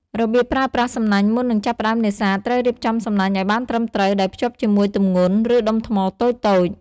របៀបប្រើប្រាស់សំណាញ់មុននឹងចាប់ផ្តើមនេសាទ ត្រូវរៀបចំសំណាញ់ឲ្យបានត្រឹមត្រូវ ដោយភ្ជាប់ជាមួយទម្ងន់ ឬដុំថ្មតូចៗ។